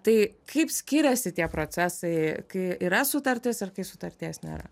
tai kaip skiriasi tie procesai kai yra sutartis ir kai sutarties nėra